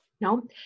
no